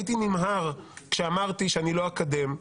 הייתי נמהר כשאמרתי שאני לא אקדם.